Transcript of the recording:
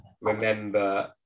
remember